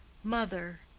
mother!